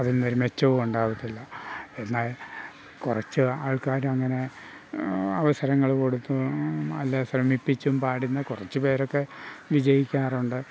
അതിനൊരു മെച്ചവും ഉണ്ടാവത്തില്ല എന്നാൽ കുറച്ച് ആൾക്കാർ അങ്ങനെ അവസരങ്ങൾ കൊടുത്തും അല്ലെങ്കിൽ ശ്രമിപ്പിച്ചും പാടുന്ന കുറച്ചുപേരൊക്കെ വിജയിക്കാറുണ്ട്